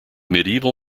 medieval